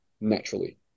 naturally